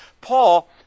Paul